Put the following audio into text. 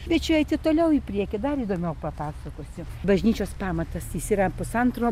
kviečiu eiti toliau į priekį dar įdomiau papasakosiu bažnyčios pamatas jis yra pusantro